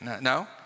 No